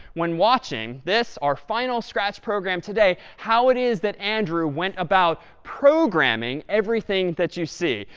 when watching this, our final scratch program today, how it is that andrew went about programming everything that you see.